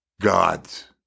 gods